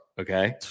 okay